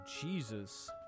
Jesus